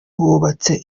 hubatse